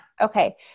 Okay